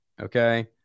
Okay